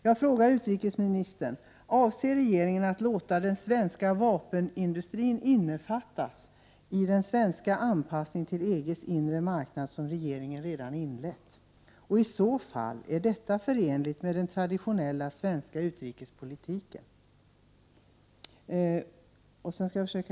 Jag frågar utrikesministern: Avser regeringen att låta den svenska vapenindustrin innefattas i den svenska anpassningen till EG:s inre marknad som regeringen redan inlett? Och i så fall, är detta förenligt med den traditionella svenska utrikespolitiken?